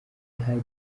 hari